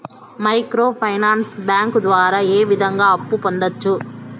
micro finance bank ద్వారా ఏ విధంగా అప్పు పొందొచ్చు